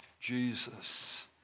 Jesus